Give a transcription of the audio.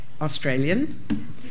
Australian